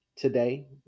today